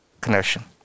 connection